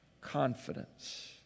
confidence